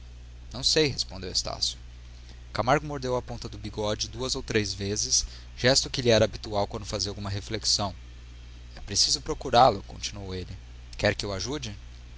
não sei respondeu estácio camargo mordeu a ponta do bigode duas ou três vezes gesto que lhe era habitual quando fazia alguma reflexão é preciso procurá-lo continuou ele quer que o ajude